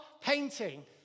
painting